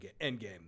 Endgame